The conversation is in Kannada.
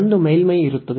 ಒಂದು ಮೇಲ್ಮೈ ಇರುತ್ತದೆ